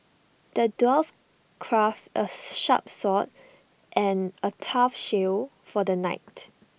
the dwarf crafted A sharp sword and A tough shield for the knight